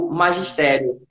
magistério